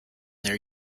their